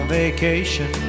vacation